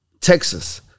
Texas